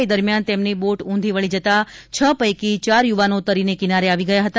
એ દરમ્યાન તેમની બોટ ઉધી વળી જતા છ પૈકી ચાર યુવાનો તરીને કિનારે આવી ગયા હતા